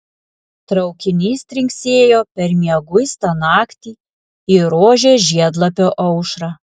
traukinys trinksėjo per mieguistą naktį į rožės žiedlapio aušrą